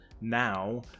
now